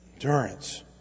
endurance